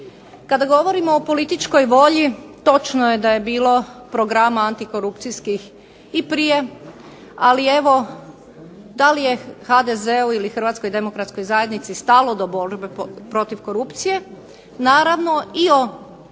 Kada govorimo o političkoj volji točno je da je bilo programa antikorupcijskih i prije, ali evo da li je HDZ-u ili Hrvatskoj demokratskoj zajednici stalo do borbe protiv korupcije, naravno i o